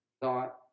thought